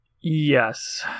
Yes